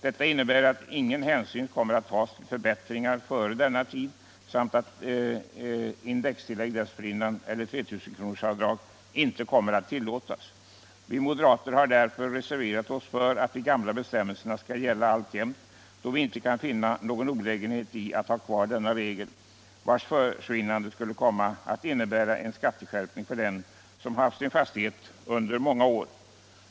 Detta innebär att ingen hänsyn kommer att tagas till förbättringar före denna tid, samt att indextillägg dessförinnan eller 3 000 kronors avdrag inte kommer att tillåtas. Vi moderater har därför reserverat oss för att de gamla bestämmelserna skall gälla alltjämt, då vi inte kan finna någon olägenhet i att ha kvar denna regel, vars försvinnande skulle komma att innebära en skatteskärpning för den som haft sin fastighet under många år.